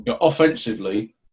offensively